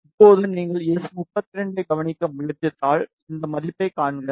இப்போது நீங்கள் எஸ்32 ஐக் கவனிக்க முயற்சித்தால் இந்த மதிப்பைக் காண்க